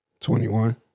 21